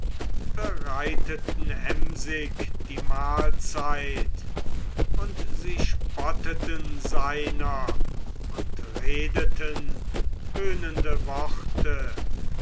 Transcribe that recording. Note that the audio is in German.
bereiteten emsig die mahlzeit und sie spotteten seiner und redeten höhnende worte